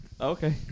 Okay